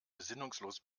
besinnungslos